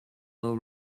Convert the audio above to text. low